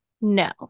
No